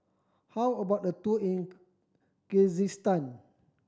how about a tour in Kyrgyzstan